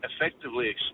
effectively